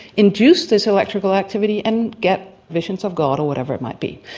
induce this electrical activity and get visions of god or whatever it might be.